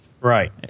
Right